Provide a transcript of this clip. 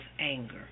anger